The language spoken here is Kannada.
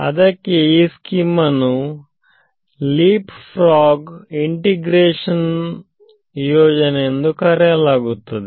ಅದಕ್ಕೆ ಈ ಸ್ಕೀಮನ್ನು ಲೀಪ್ ಫ್ರಾಗ್ ಏಕೀಕರಣ ಯೋಜನೆ ಎಂದು ಕರೆಯಲಾಗುತ್ತದೆ